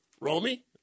Romy